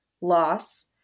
loss